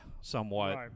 somewhat